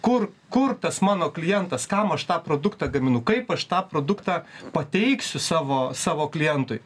kur kur tas mano klientas kam aš tą produktą gaminu kaip aš tą produktą pateiksiu savo savo klientui